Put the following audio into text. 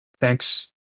Thanks